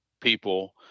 people